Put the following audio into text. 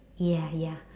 ya ya